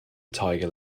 tiger